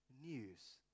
news